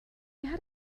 had